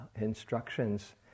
instructions